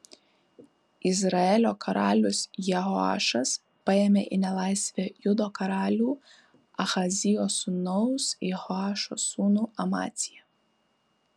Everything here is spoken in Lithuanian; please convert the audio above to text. izraelio karalius jehoašas paėmė į nelaisvę judo karalių ahazijo sūnaus jehoašo sūnų amaciją